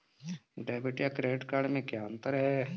Debit या credit card में क्या अन्तर है?